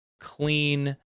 clean